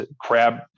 crab